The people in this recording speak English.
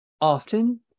Often